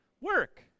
work